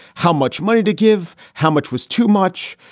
how much money to give. how much was too much.